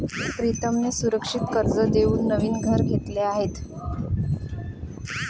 प्रीतमने सुरक्षित कर्ज देऊन नवीन घर घेतले आहे